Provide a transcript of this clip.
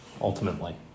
ultimately